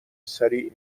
سریع